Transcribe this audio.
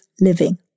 living